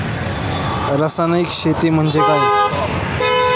रासायनिक शेती म्हणजे काय?